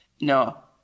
No